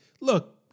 look